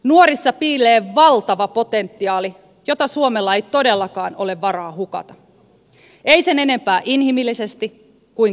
nuorissa piilee valtava potentiaali jota suomella ei todellakaan ole varaa hukata ei sen enempää inhimillisesti kuin kansantaloudellisestikaan